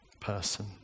person